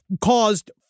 caused